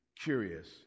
curious